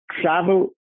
travel